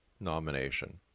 nomination